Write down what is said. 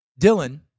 Dylan